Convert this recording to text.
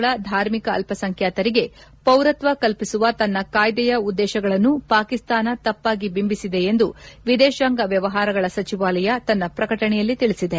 ಅಯ್ದ ದೇಶಗಳ ಧಾರ್ಮಿಕ ಅಲ್ಪಸಂಖ್ಯಾತರಿಗೆ ಪೌರತ್ವ ಕಲ್ಪಿಸುವ ತನ್ನ ಕಾಯ್ಲೆಯ ಉದ್ದೇಶಗಳನ್ನು ಪಾಕಿಸ್ತಾನ ತಪ್ಪಾಗಿ ಬಿಂಬಿಸಿದೆ ಎಂದು ವಿದೇಶಾಂಗ ವ್ಯವಹಾರಗಳ ಸಚಿವಾಲಯ ತನ್ನ ಪ್ರಕಟಣೆಯಲ್ಲಿ ತಿಳಿಸಿದೆ